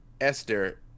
Esther